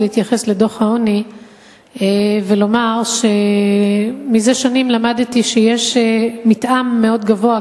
זה להתייחס לדוח העוני ולומר שמזה שנים למדתי שיש מתאם מאוד גבוה,